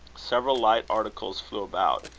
several light articles flew about.